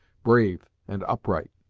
brave and upright.